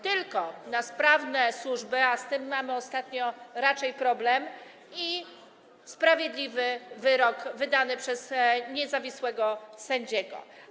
Tylko na sprawne służby, a z tym ostatnio raczej mamy problem, i sprawiedliwy wyrok wydany przez niezawisłego sędziego.